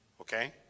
Okay